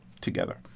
together